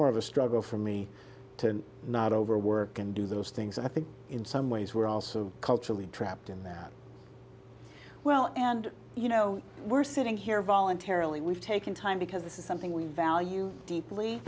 more of a struggle for me to not overwork and do those things i think in some ways we're also culturally trapped in that well and you know we're sitting here voluntarily we've taken time because this is something we value deeply